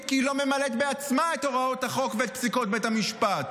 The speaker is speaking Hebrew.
כי לא ממלאת בעצמה את הוראות החוק ואת פסיקות בית המשפט?